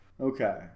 Okay